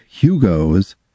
Hugos